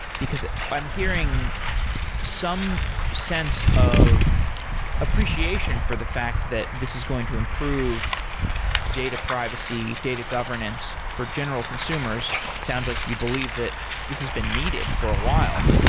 because i'm hearing some sense of appreciation for the fact that this is going to improve data privacy, data governance for general consumers. it sounds like you believe that this has been needed for a while.